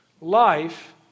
Life